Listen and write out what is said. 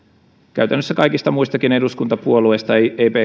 käytännössä kaikista muistakin eduskuntapuolueista ei